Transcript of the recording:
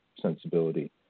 sensibility